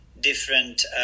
different